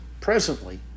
presently